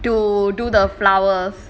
to do the flowers